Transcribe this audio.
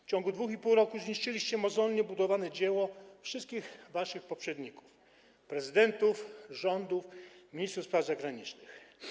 W ciągu 2,5 roku zniszczyliście mozolnie budowane dzieło wszystkich waszych poprzedników - prezydentów, rządów, ministrów spraw zagranicznych.